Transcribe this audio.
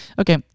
Okay